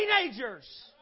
teenagers